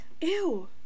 Ew